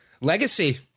Legacy